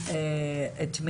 ויצו,